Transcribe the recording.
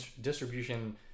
distribution